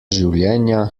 življenja